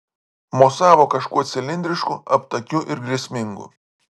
mosavo kažkuo cilindrišku aptakiu ir grėsmingu